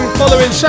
following